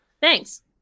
Thanks